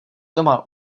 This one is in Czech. doma